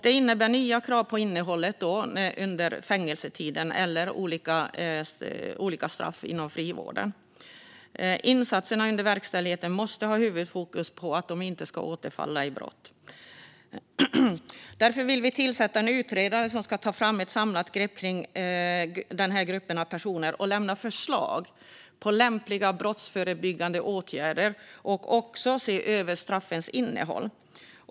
Detta innebär nya krav på innehållet under fängelsetiden eller olika straff inom frivården. Insatserna under verkställigheten måste ha huvudfokus på att de inte ska återfalla i brott. Därför vill vi tillsätta en utredare som ska ta ett samlat grepp kring denna grupp av personer och lämna förslag på lämpliga brottsförebyggande åtgärder och också se över straffens innehåll.